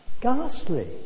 Ghastly